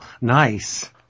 nice